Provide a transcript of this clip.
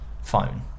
phone